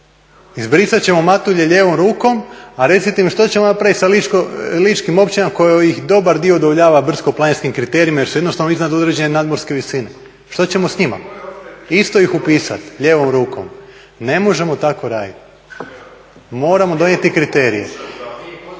Izbrisat ćemo Matulje lijevom rukom, a recite mi što ćemo napraviti sa ličkim općinama koje ih dobar dio udovoljava brdsko-planinskim kriterijima jer su jednostavno iznad određene nadmorske visine? Što ćemo s njima? Isto ih upisati lijevom rukom? Ne možemo tako raditi. Moramo donijeti kriterije.